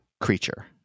creature